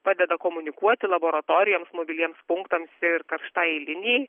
padeda komunikuoti laboratorijoms mobiliems punktams ir karštajai linijai